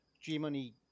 G-Money